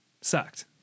Sucked